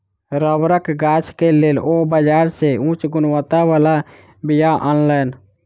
रबड़क गाछ के लेल ओ बाजार से उच्च गुणवत्ता बला बीया अनलैन